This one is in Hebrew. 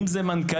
אם אלה מנכ"לים,